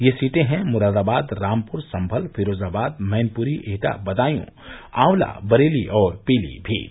ये सीटें हैं मुरादाबाद रामपुर सम्भल फिरोजाबाद मैनपुरी एटा बदायूँ आंवला बरेली और पीलीभीत